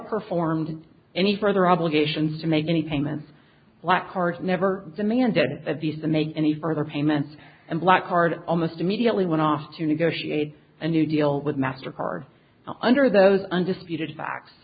performed any further obligations to make any payments blackguards never demanded that the visa make any further payments and blackguard almost immediately went off to negotiate a new deal with mastercard under those undisputed f